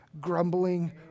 grumbling